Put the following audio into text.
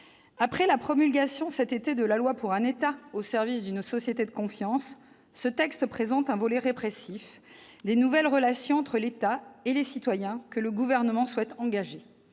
Après la promulgation cet été de la loi pour un État au service d'une société de confiance, ce texte représente le volet « répressif » des nouvelles relations entre l'État et les citoyens que le Gouvernement souhaite engager.